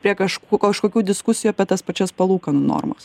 prie kaž kažkokių diskusijų apie tas pačias palūkanų normas